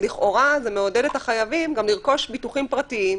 לכאורה זה מעודד את החייבים לרכוש גם ביטוחים פרטיים.